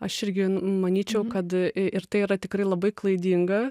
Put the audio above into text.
aš irgi manyčiau kad ir tai yra tikrai labai klaidinga